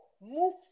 move